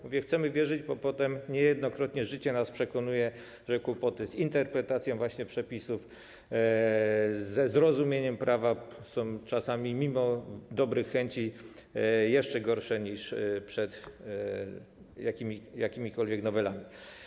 Mówię: chcemy wierzyć, bo potem niejednokrotnie życie nas przekonuje, że kłopoty właśnie z interpretacją przepisów, ze zrozumieniem prawa są czasami, mimo dobrych chęci, jeszcze gorsze niż przed jakimikolwiek nowelami.